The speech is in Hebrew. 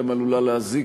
היא עלולה להזיק,